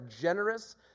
generous